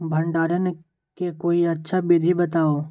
भंडारण के कोई अच्छा विधि बताउ?